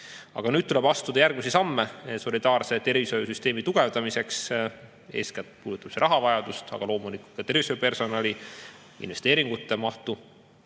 Aga nüüd tuleb astuda järgmisi samme solidaarse tervishoiusüsteemi tugevdamiseks. Eeskätt puudutab see rahavajadust, aga loomulikult ka tervishoiupersonali ja investeeringute mahtu.